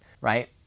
right